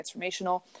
transformational